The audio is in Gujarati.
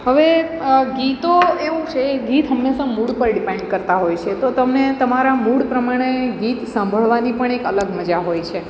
હવે ગીતો એવું છે ગીત હંમેશા મૂડ પર ડીપેન્ડ કરતાં હોય છે તો તમને તમારા મૂડ પ્રમાણે ગીત સાંભળવાની પણ એક અલગ મજા હોય છે